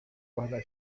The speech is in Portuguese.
guarda